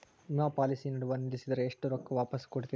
ವಿಮಾ ಪಾಲಿಸಿ ನಡುವ ನಿಲ್ಲಸಿದ್ರ ಎಷ್ಟ ರೊಕ್ಕ ವಾಪಸ್ ಕೊಡ್ತೇರಿ?